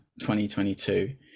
2022